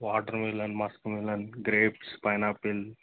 watermelon muskmelon grapes pineapple